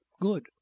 Good